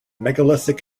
megalithic